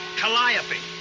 calliope.